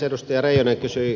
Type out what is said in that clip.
edustaja reijonen kysyi